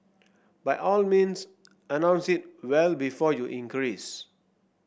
by all means announce it well before you increase